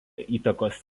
įtakos